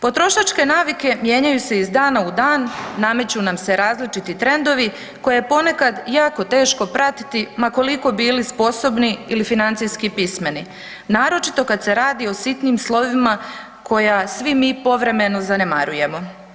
Potrošačke navike mijenjaju se iz dana u dan, nameću nam se različiti trendovi koje je ponekad jako teško pratiti ma koliko bili sposobni ili financijski pismeni, naročito kad se radi o sitnim slovima koja svi mi povremeno zanemarujemo.